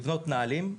לבנות נהלים,